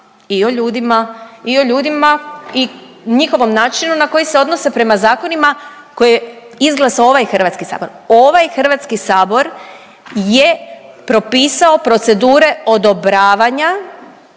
i o ljudima i njihovom načinu na koji se odnose prema zakonima koje je izglasao ovaj Hrvatski sabor. Ovaj Hrvatski sabor je propisao procedure odobravanja